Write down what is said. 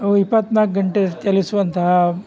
ಇವು ಇಪ್ಪತ್ತ್ನಾಲ್ಕು ಗಂಟೆ ಚಲಿಸುವಂತಹ